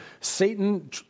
Satan